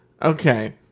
Okay